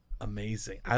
Amazing